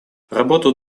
работу